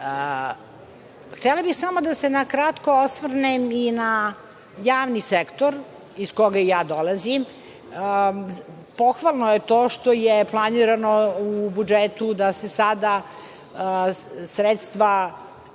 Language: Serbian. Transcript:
bih samo da se na kratko osvrnem i na javni sektor, iz koga i ja dolazim. Pohvalno je to što je planirano u budžetu da se sada sredstva